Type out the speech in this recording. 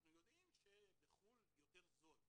אנחנו יודעים שבחו"ל יותר זול,